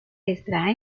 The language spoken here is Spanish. extrae